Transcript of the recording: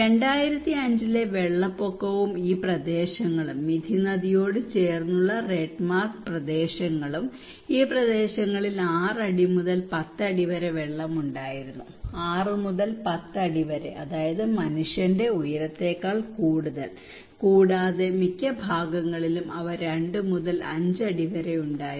2005 ലെ വെള്ളപ്പൊക്കവും ഈ പ്രദേശങ്ങളും മിഥി നദിയോട് ചേർന്നുള്ള റെഡ് മാർക്ക് പ്രദേശങ്ങളും ഈ പ്രദേശങ്ങളിൽ ആറടി മുതൽ പത്തടി വരെ വെള്ളമുണ്ടായിരുന്നു ആറ് മുതൽ പത്ത് അടി വരെ അതായത് മനുഷ്യന്റെ ഉയരത്തേക്കാൾ കൂടുതൽ കൂടാതെ മിക്ക ഭാഗങ്ങളിലും അവ രണ്ടുമുതൽ അഞ്ച് അടി വരെ ഉണ്ടായിരുന്നു